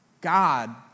God